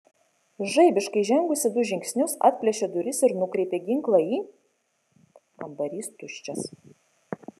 žaibiškai žengusi du žingsnius atplėšė duris ir nukreipė ginklą į kambarys tuščias